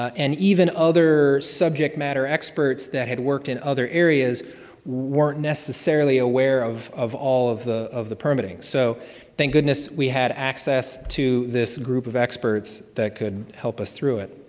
and other subject matter experts that had worked in other areas weren't necessarily aware of of all of the of the permitting. so thank goodness we had access to this group of experts that could help us through it.